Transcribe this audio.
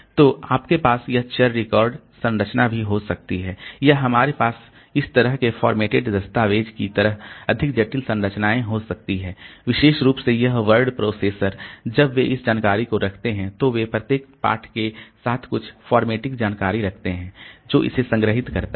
तो आपके पास यह चर रिकॉर्ड संरचना भी हो सकती है या हमारे पास इस तरह के फॉर्मेटेड दस्तावेज़ की तरह अधिक जटिल संरचनाएं हो सकती हैं विशेष रूप से यह वर्ड प्रोसेसर जब वे इस जानकारी को रखते हैं तो वे प्रत्येक पाठ के साथ कुछ फॉर्मेटिंग जानकारी रखते हैं जो इसे संग्रहीत करता है